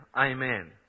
Amen